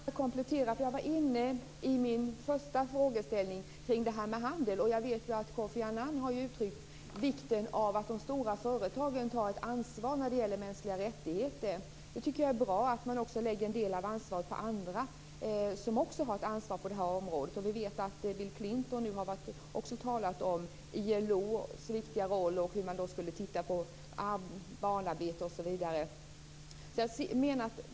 Fru talman! Jag vill gärna komplettera något. I mitt förra inlägg var jag inne på detta med handel. Jag vet att Kofi Annan har uttryckt vikten av att de stora företagen tar ett ansvar när det gäller mänskliga rättigheter. Jag tycker att det är bra att man också lägger en del av ansvaret på andra. Vi vet att Bill Clinton också har talat om ILO:s viktiga roll och att man skulle titta på barnarbete osv.